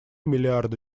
миллиарда